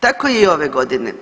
Tako je i ove godine.